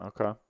Okay